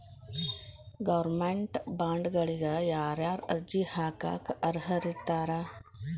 Government ಬಾಂಡ್ಗಳಿಗ ಯಾರ್ಯಾರ ಅರ್ಜಿ ಹಾಕಾಕ ಅರ್ಹರಿರ್ತಾರ?